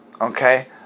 Okay